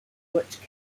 butch